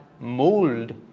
mold